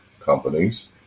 companies